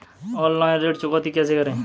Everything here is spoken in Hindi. ऑनलाइन ऋण चुकौती कैसे करें?